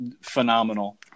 phenomenal